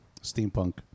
steampunk